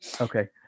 okay